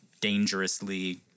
dangerously